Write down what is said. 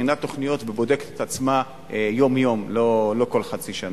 מכינה תוכניות ובודקת את עצמה יום-יום לא כל חצי שנה.